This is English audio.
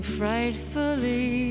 frightfully